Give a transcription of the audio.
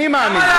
אני מאמין בזה.